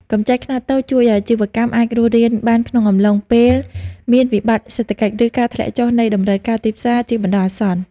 កម្ចីខ្នាតតូចជួយឱ្យអាជីវកម្មអាចរស់រានបានក្នុងអំឡុងពេលមានវិបត្តិសេដ្ឋកិច្ច ឬការធ្លាក់ចុះនៃតម្រូវការទីផ្សារជាបណ្ដោះអាសន្ន។